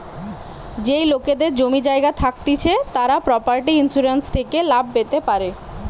যেই লোকেদের জমি জায়গা থাকতিছে তারা প্রপার্টি ইন্সুরেন্স থেকে লাভ পেতে পারে